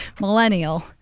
Millennial